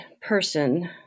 person